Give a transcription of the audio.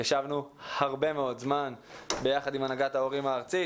ישבנו הרבה מאוד זמן ביחד עם הנהגת ההורים הארצית,